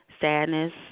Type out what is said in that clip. sadness